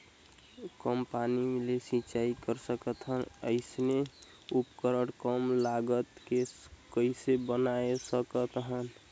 कम पानी ले सिंचाई कर सकथन अइसने उपकरण कम लागत मे कइसे बनाय सकत हन?